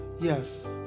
Yes